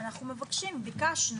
אנחנו מבקשים, ביקשנו להגמיש.